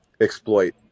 exploit